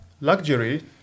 luxury